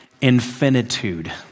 infinitude